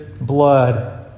blood